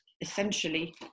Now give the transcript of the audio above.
essentially